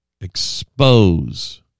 expose